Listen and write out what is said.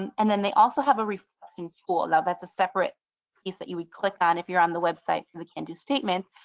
and and then they also have a reflecting school. ah that's a separate piece that you would click on if you're on the website with the can-do statements.